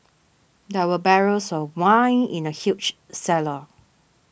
there were barrels of wine in the huge cellar